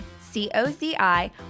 C-O-Z-I